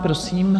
Prosím.